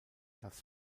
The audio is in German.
das